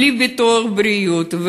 בלי ביטוח בריאות,